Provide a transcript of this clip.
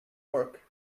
work